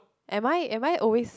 am I am I always